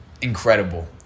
incredible